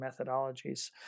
methodologies